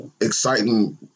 exciting